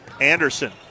Anderson